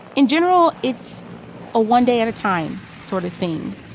in general, it's a one day at a time sort of thing.